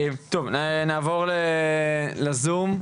אני אשמח לשמוע אותך, אהרון שבי,